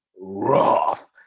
rough